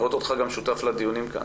לראות אותך גם שותף לדיונים כאן.